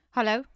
Hello